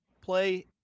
play